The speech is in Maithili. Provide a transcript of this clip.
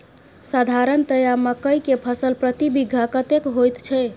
साधारणतया मकई के फसल प्रति बीघा कतेक होयत छै?